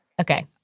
Okay